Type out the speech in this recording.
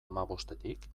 hamabostetik